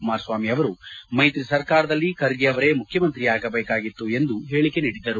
ಕುಮಾರಸ್ವಾಮಿ ಅವರು ಮೈತ್ರಿ ಸರ್ಕಾರದಲ್ಲಿ ಖರ್ಗೆ ಅವರೇ ಮುಖ್ಯಮಂತ್ರಿಯಾಗಬೇಕಿತ್ತು ಎಂದು ಹೇಳಿಕೆ ನೀಡಿದ್ದರು